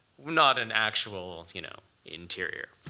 not an actual you know interior.